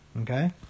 Okay